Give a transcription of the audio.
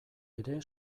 ere